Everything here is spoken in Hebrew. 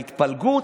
ההתפלגות,